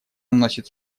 носит